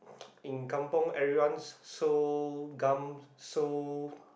in kampung everyone so gam so